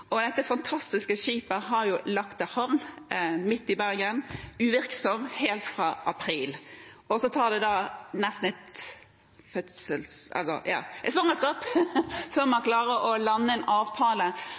og dette fantastiske skipet har nå ligget til havn midt i Bergen, uvirksomt, helt fra april.